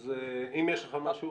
אם יש לך משהו להוסיף?